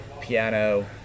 piano